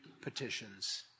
petitions